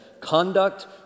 conduct